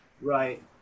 Right